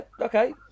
okay